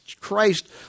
Christ